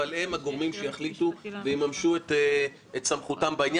אבל הם הגורמים שיחליטו ויממשו את סמכותם בעניין.